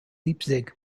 leipzig